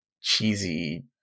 cheesy